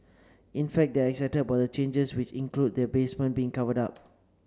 in fact they are excited about the changes which include the basement being covered up